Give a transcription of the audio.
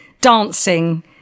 dancing